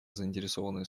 заинтересованные